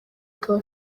akaba